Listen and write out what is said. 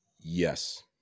yes